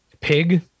pig